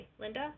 Linda